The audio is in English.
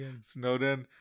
Snowden